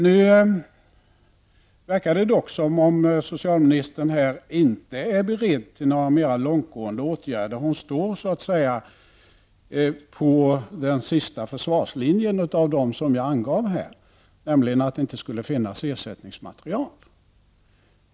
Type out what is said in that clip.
Nu verkar det dock som om socialministern inte är beredd till några mera långtgående åtgärder. Hon står så att säga på den sista försvarslinjen av dem som jag angav, nämligen att det inte skulle finnas ersättningsmaterial.